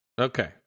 Okay